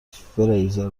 فریزر